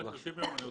30 ימים,